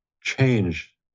change